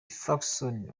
ferguson